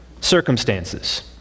circumstances